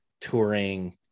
touring